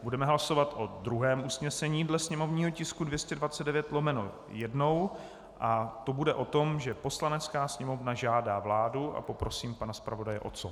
Budeme hlasovat o druhém usnesení dle sněmovního tisku 229/1, a to bude o tom, že Poslanecká sněmovna žádá vládu a poprosím pana zpravodaje, o co žádá.